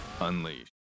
unleash